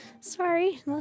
Sorry